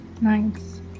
Nice